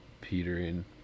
petering